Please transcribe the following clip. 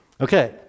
Okay